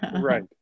Right